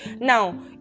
Now